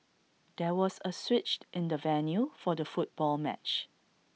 there was A switch in the venue for the football match